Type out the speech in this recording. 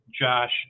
Josh